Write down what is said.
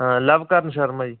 ਲਵ ਕਰਨ ਸ਼ਰਮਾ ਜੀ